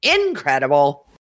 incredible